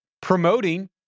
promoting